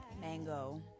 mango